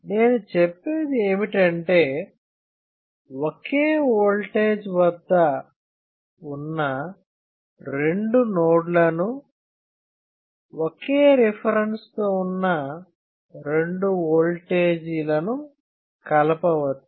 నేను చెప్పేది ఏమిటంటే ఓకే ఓల్టేజ్ వద్ద రిఫరెన్స్ నోడ్ తో అని చెప్పాల్సిన అవసరం లేదు ఉన్న రెండు నోడ్ లను ఓకే రిఫరెన్స్ తో ఉన్న రెండు ఓల్టేజీ లను కలపవచ్చు